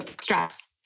stress